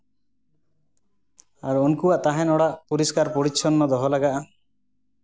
ᱟᱫᱚ ᱩᱱᱠᱩᱣᱟᱜ ᱛᱟᱦᱮᱱ ᱚᱲᱟᱜ ᱯᱚᱨᱤᱥᱠᱟᱨ ᱯᱚᱨᱤᱪᱷᱚᱱᱱᱚ ᱫᱚᱦᱚ ᱞᱟᱜᱟᱜᱼᱟ